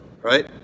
right